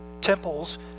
temples